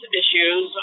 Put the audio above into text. issues